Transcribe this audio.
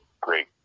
great